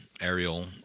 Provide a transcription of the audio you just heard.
aerial